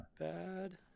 bad